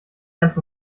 ganz